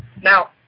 Now